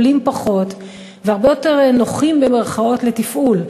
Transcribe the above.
שעולים פחות והרבה יותר "נוחים" לתפעול.